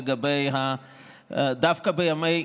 דווקא בימי,